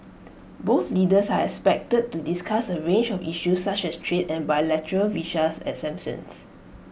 both leaders are expected to discuss A range of issues such as trade and bilateral visa exemptions